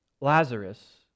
Lazarus